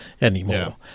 anymore